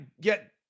get